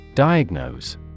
Diagnose